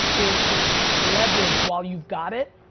is to leverage while you've got it,